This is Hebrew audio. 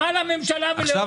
מה לממשלה ולעומק?